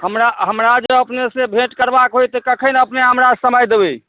हमरा हमरा जे अपनेसँ भेँट करबाक होइ तऽ कखन अपने हमरा समय देबै